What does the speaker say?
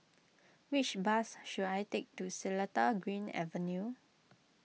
which bus should I take to Seletar Green Avenue